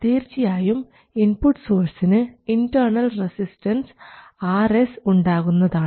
തീർച്ചയായും ഇൻപുട്ട് സോഴ്സ്സിന് internal resistance Rs ഉണ്ടാകുന്നതാണ്